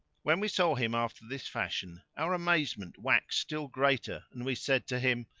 when we saw him after this fashion, our amazement waxed still greater and we said to him,